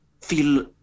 feel